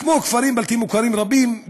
כמו כפרים בלתי מוכרים רבים,